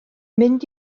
mynd